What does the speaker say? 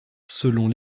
selon